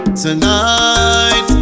Tonight